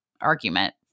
argument